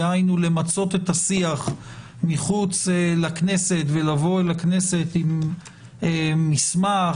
למצות את השיח מחוץ לכנסת ולבוא לכנסת עם מסמך,